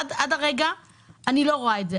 עד הרגע אני לא רואה את זה.